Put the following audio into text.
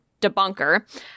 debunker